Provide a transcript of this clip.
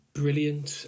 brilliant